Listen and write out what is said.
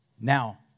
Now